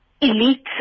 elite